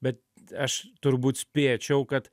bet aš turbūt spėčiau kad